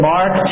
Mark